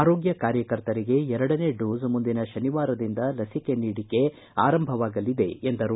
ಆರೋಗ್ವಕಾರ್ಯಕರ್ತರಿಗೆ ಎರಡನೇ ಡೋಸ್ ಮುಂದಿನ ಶನಿವಾರದಿಂದ ಲಸಿಕೆ ನೀಡಿಕೆ ಆರಂಭವಾಗಲಿದೆ ಎಂದರು